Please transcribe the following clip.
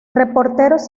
reporteros